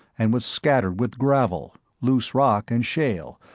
and was scattered with gravel, loose rock and shale,